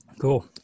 Cool